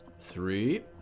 Three